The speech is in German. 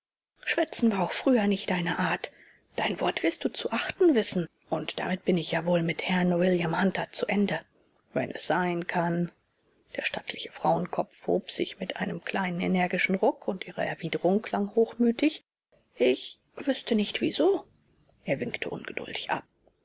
schwätzen war auch früher nicht deine art dein wort wirst du zu achten wissen und damit bin ich ja wohl mit herrn william hunter zu ende wenn es sein kann der stattliche frauenkopf hob sich mit einem kleinen energischen ruck und ihre erwiderung klang hochmütig ich wüßte nicht wieso er winkte ungeduldig ab